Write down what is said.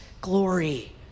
glory